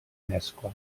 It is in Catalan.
mescla